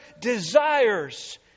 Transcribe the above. desires